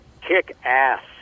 kick-ass